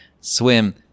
swim